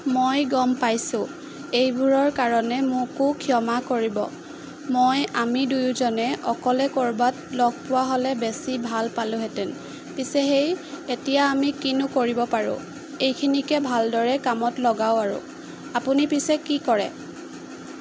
মই গম পাইছোঁ এইবোৰৰ কাৰণে মোকো ক্ষমা কৰিব মই আমি দুয়োজনে অকলে ক'ৰবাত লগ পোৱা হ'লে বেছি ভাল পালোঁহেতেন পিছে সেই এতিয়া আমি কিনো কৰিব পাৰোঁ এইখিনিকে ভালদৰে কামত লগাও আৰু আপুনি পিছে কি কৰে